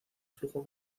flujo